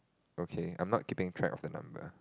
okay I'm not keeping track of the number